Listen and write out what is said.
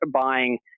buying